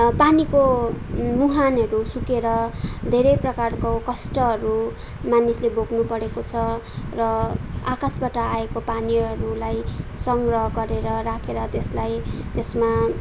पानीको मुहानहरू सुकेर धेरै प्रकारको कष्टहरू मानिसले भोग्नुपरेको छ र आकासबाट आएको पानीहरूलाई सङ्ग्रह गरेर राखेर त्यसलाई त्यसमा